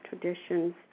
traditions